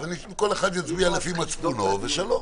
כל אחד יצביע לפי מצפונו ושלום.